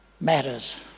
matters